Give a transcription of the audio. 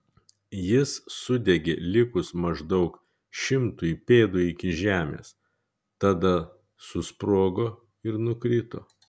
jis sudegė likus maždaug šimtui pėdų iki žemės tada susprogo ir nukrito